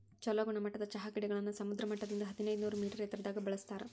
ಚೊಲೋ ಗುಣಮಟ್ಟದ ಚಹಾ ಗಿಡಗಳನ್ನ ಸಮುದ್ರ ಮಟ್ಟದಿಂದ ಹದಿನೈದನೂರ ಮೇಟರ್ ಎತ್ತರದಾಗ ಬೆಳೆಸ್ತಾರ